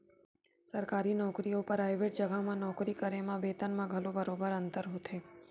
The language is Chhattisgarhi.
सरकारी नउकरी अउ पराइवेट जघा म नौकरी करे म बेतन म घलो बरोबर अंतर होथे